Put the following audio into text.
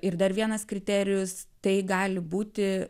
ir dar vienas kriterijus tai gali būti